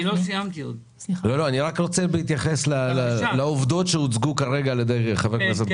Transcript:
אני חושב שהמיסיון זה דבר שהוא הרס, חורבן,